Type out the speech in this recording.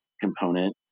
component